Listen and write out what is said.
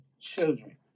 children